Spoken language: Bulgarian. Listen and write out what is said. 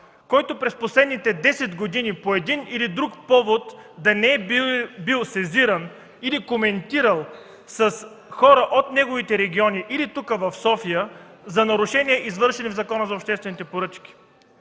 който през последните 10 години по един или друг повод да не е бил сезиран или коментирал с хора от неговите региони или тук в София за нарушения, извършени по Закона за обществените поръчки?